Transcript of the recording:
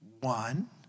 One